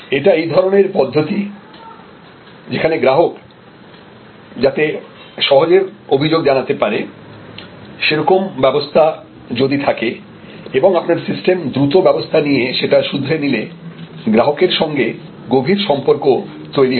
এটা এই ধরনের পদ্ধতি যেখানে গ্রাহক যাতে সহজে অভিযোগ জানাতে পারে সে রকম ব্যবস্থা যদি থাকে এবং আপনার সিস্টেম দ্রুত ব্যবস্থা নিয়ে সেটা শুধরে নিলে গ্রাহকের সঙ্গে গভীর সম্পর্ক তৈরি হয়